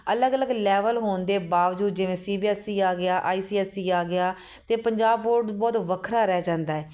ਅਲੱਗ ਅਲੱਗ ਲੈਵਲ ਹੋਣ ਦੇ ਬਾਵਜੂਦ ਜਿਵੇਂ ਸੀ ਬੀ ਐੱਸ ਈ ਆ ਗਿਆ ਆਈ ਸੀ ਐੱਸ ਈ ਆ ਗਿਆ ਅਤੇ ਪੰਜਾਬ ਬੋਰਡ ਬਹੁਤ ਵੱਖਰਾ ਰਹਿ ਜਾਂਦਾ ਹੈ